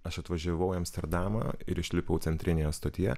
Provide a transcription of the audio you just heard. aš atvažiavau į amsterdamą ir išlipau centrinėje stotyje